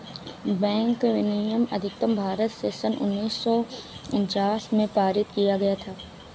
bank विनियमन अधिनियम भारत में सन उन्नीस सौ उनचास में पारित किया गया था